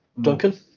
Duncan